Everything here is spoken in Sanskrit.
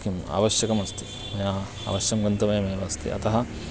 किम् आवश्यकमस्ति मया अवश्यं गन्तव्यमेव अस्ति अतः